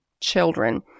children